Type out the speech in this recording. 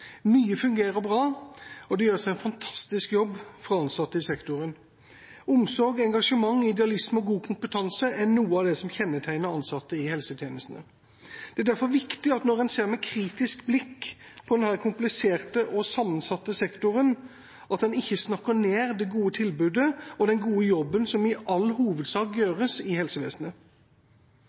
Mye fungerer bra, og det gjøres en fantastisk jobb fra ansatte i sektoren. Omsorg, engasjement, idealisme og god kompetanse er noe av det som kjennetegner ansatte i helsetjenestene. Det er derfor viktig, når en ser med kritisk blikk på denne kompliserte og sammensatte sektoren, at en ikke snakker ned det gode tilbudet og den gode jobben som i all hovedsak